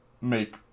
make